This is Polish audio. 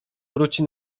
wróci